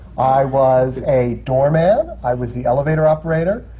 i was a doorman. i was the elevator operator.